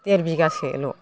देर बिगासोल'